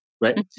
right